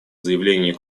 заявлении